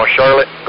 Charlotte